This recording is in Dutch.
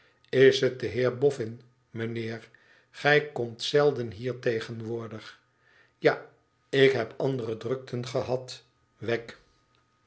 is het de heer boffin mijnheer gij komt zelden hier tegenwoordig ja ik heb andere drukten gehad wegg